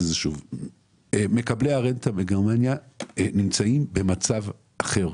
מקבלי הרנטה מגרמניה נמצאים במצב אחר.